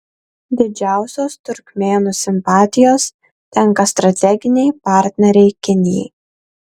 didžiausios turkmėnų simpatijos tenka strateginei partnerei kinijai